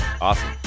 Awesome